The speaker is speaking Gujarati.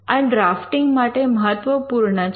આ ડ્રાફ્ટીંગ માટે મહત્વપૂર્ણ છે